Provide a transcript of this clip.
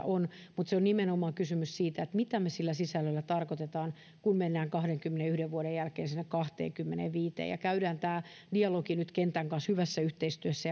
on mutta on nimenomaan kysymys siitä mitä me sillä sisällöllä tarkoitamme kun mennään kahdenkymmenenyhden vuoden jälkeen sinne kahteenkymmeneenviiteen käydään tämä dialogi nyt kentän kanssa hyvässä yhteistyössä